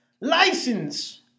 license